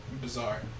bizarre